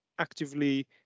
actively